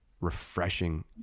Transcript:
refreshing